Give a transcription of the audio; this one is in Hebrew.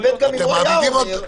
אבל גם אם הוא היה אומר,